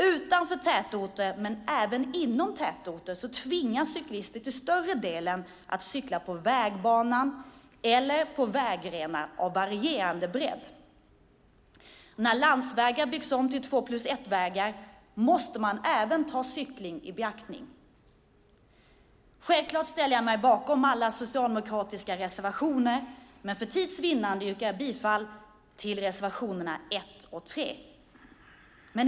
Utanför tätorter, men även inom tätorter, tvingas cyklister till större delen att cykla på vägbanan eller på vägrenar av varierande bredd. När landsvägar byggs om till två-plus-ett-vägar måste man även ta cyklingen i beaktning. Självklart ställer jag mig bakom alla socialdemokratiska reservationer, men för tids vinnande yrkar jag bifall till reservationerna 1 och 3.